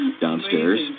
downstairs